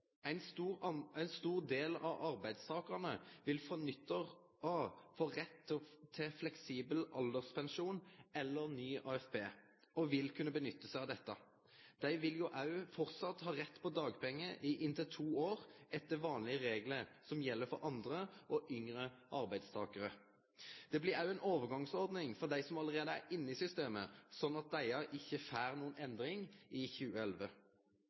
Ein stor del av arbeidstakarane vil frå nyttår få rett til fleksibel alderspensjon eller ny AFP og vil kunne ha nytte av det. Dei vil òg ha rett til dagpengar i inntil to år, etter vanlege reglar som gjeld for andre og yngre arbeidstakarar. Det blir òg ei overgangsordning for dei som allereie er inne i systemet, slik at dei ikkje får noka endring i 2011.